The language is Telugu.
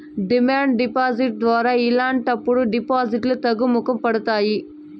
డిమాండ్ డిపాజిట్ ద్వారా ఇలాంటప్పుడు డిపాజిట్లు తగ్గుముఖం పడతాయి